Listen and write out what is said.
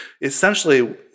essentially